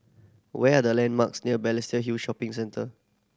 where are the landmarks near Balestier Hill Shopping Centre